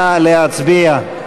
נא להצביע.